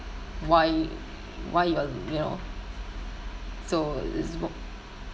why why you will you know so